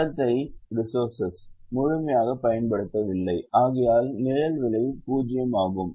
வளத்தை முழுமையாகப் பயன்படுத்தவில்லை ஆகையால் நிழல் விலை 0 ஆகும்